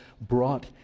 brought